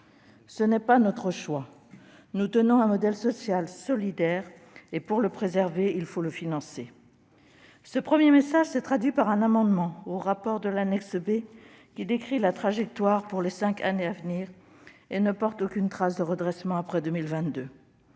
Tel n'est pas notre choix : nous tenons à un modèle social solidaire. Pour le préserver, il faut le financer. Ce premier message s'est traduit par l'adoption d'un amendement au rapport figurant en annexe B, qui décrit la trajectoire pour les cinq années à venir sans porter aucune trace de redressement après 2022.